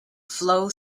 flow